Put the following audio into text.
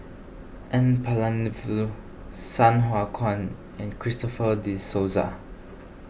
N Palanivelu Sai Hua Kuan and Christopher De Souza